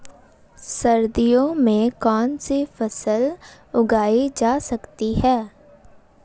सर्दियों में कौनसी फसलें उगाई जा सकती हैं?